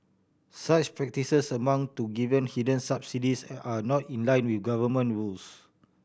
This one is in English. such practices amount to giving hidden subsidies and are not in line with government rules